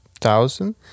thousand